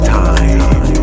time